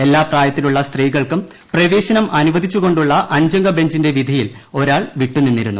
എല്ലാ പ്രായത്തിലുള്ള സ്ത്രീകൾക്കും പ്രവേശനം അനുവദിച്ചുകൊണ്ടുള്ള അഞ്ചംഗ ബെഞ്ചിന്റെ വിധിയിൽ ഒരാൾ വിട്ടുനിന്നിരുന്നു